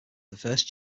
first